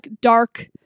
dark